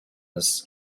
this